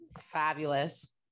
fabulous